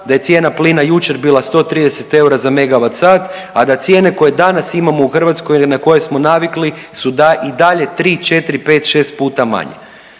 da je cijena plina jučer bila 130 eura za megavat sat, a da cijene koje danas imamo u Hrvatskoj ili na koje smo navikli su i dalje tri, četiri, pet, šest puta manje.